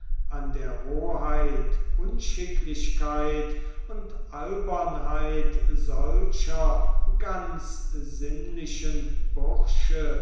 an der roheit unschicklichkeit und albernheit solcher ganz sinnlichen bursche